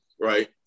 right